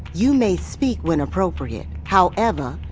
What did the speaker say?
you may speak when appropriate. however,